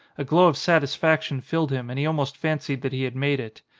a glow of satisfaction filled him and he almost fancied that he had made it.